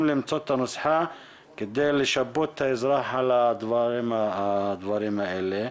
למצוא את הנוסחה כדי לשפות את האזרח על הדברים האלה.